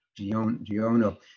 Giono